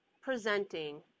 presenting